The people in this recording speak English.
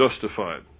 justified